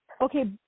Okay